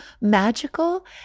magical